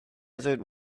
desert